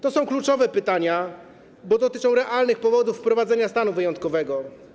To jest kluczowe pytanie, bo dotyczy realnych powodów wprowadzenia stanu wyjątkowego.